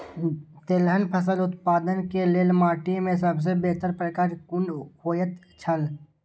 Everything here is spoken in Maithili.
तेलहन फसल उत्पादन के लेल माटी के सबसे बेहतर प्रकार कुन होएत छल?